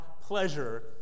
pleasure